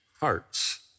hearts